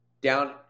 down